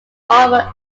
offer